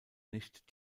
nicht